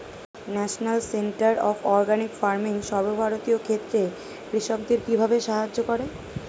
National centre of organic farming সর্বভারতীয় ক্ষেত্রে কৃষকদের কিভাবে সাহায্য করে?